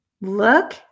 look